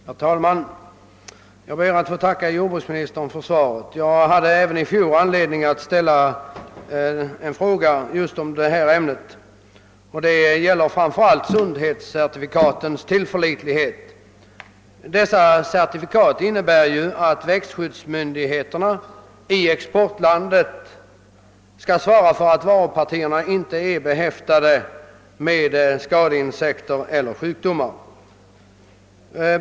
Herr talman! Jag ber att få tacka jordbruksministern för svaret. Jag hade även i fjol anledning att ställa en fråga just i detta ämne, framför allt om sundhetscertifikatens tillförlitlighet. Dessa certifikat innebär att växtskyddsmyndigheterna i exportlandet skall svara för att varupartierna inte är behäftade med skadeinsekter eller sjukdomar.